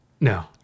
No